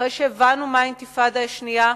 אחרי שהבנו מה האינתיפאדה השנייה,